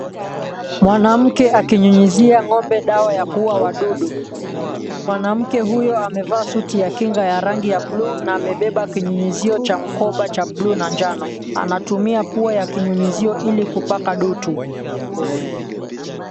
Mwanamke akinyunyuzia ng'ombe dawa ya kuua wadudu. Mwanamke huyo amevaa suti ya kinga ya rangi ya blue na amebeba kinyunyuzio cha mkoba cha blue na njano, anatumia pua ya kinyunyuzio ilikupaka dutu.